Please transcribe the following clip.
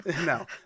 No